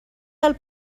del